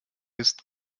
ist